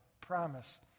promise